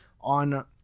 on